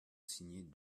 signés